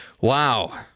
Wow